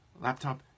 laptop